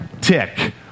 Tick